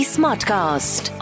Smartcast